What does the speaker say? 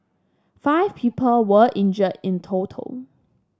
five people were injured in total